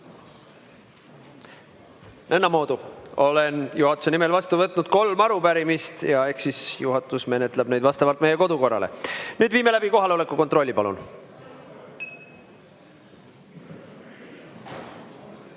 Nõnnamoodu. Olen juhatuse nimel vastu võtnud kolm arupärimist ja juhatus menetleb neid vastavalt meie kodukorrale. Nüüd viime läbi kohaloleku kontrolli. Palun!